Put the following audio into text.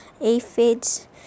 aphids